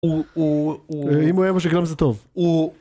הוא, הוא, הוא... אה, אם הוא היה משקר זה טוב. הוא...